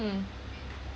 mm